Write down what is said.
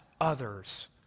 others